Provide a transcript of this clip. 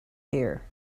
here